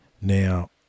Now